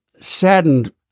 saddened